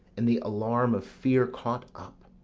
in the alarm of fear caught up